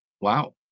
wow